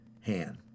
hand